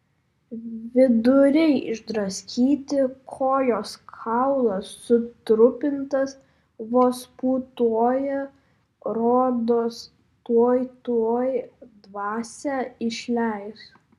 viduriai išdraskyti kojos kaulas sutrupintas vos pūtuoja rodos tuoj tuoj dvasią išleis